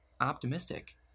optimistic